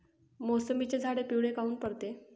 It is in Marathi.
मोसंबीचे झाडं पिवळे काऊन पडते?